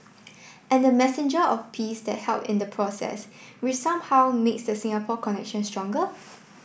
and the messenger of peace that help in the process which somehow makes the Singapore connection stronger